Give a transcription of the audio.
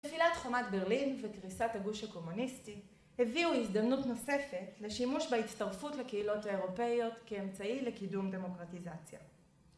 נפילת חומת ברלין וקריסת הגוש הקומוניסטי, הביאו הזדמנות נוספת לשימוש בהצטרפות לקהילות האירופאיות כאמצעי לקידום דמוקרטיזציה.